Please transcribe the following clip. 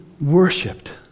worshipped